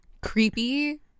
creepy